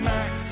Max